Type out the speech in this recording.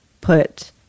put